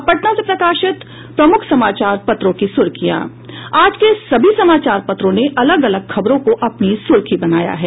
अब पटना से प्रकाशित प्रमुख समाचार पत्रों की सुर्खियां आज के सभी समाचार पत्रों ने अलग अलग खबरों को अपनी सुर्खी बनाया है